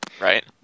Right